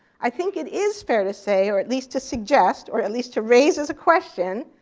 i think it is fair to say, or at least to suggest, or at least to raises a question,